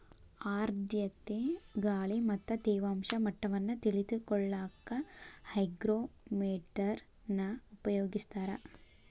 ಆರ್ಧ್ರತೆ ಗಾಳಿ ಮತ್ತ ತೇವಾಂಶ ಮಟ್ಟವನ್ನ ತಿಳಿಕೊಳ್ಳಕ್ಕ ಹೈಗ್ರೋಮೇಟರ್ ನ ಉಪಯೋಗಿಸ್ತಾರ